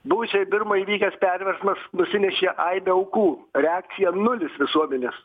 buvusioj birmoj įvykęs perversmas nusinešė aibę aukų reakcija nulis visuomenės